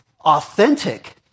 authentic